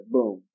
Boom